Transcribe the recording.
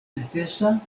necesa